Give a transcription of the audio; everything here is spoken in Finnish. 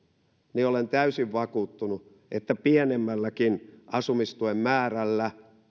niin olen täysin vakuuttunut että pienemmälläkin asumistuen määrällä